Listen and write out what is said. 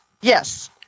Yes